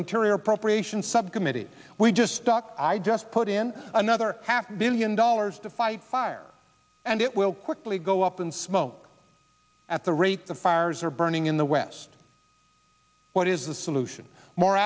interior appropriations subcommittee we just stuck i just put in another half million dollars to fight fire and it will quickly go up in smoke at the rate the fires are burning in the west what is the solution more